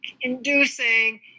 inducing